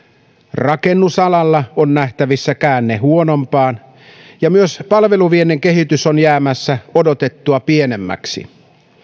rakennusalalla on nähtävissä käänne huonompaan ja myös palveluviennin kehitys on jäämässä odotettua pienemmäksi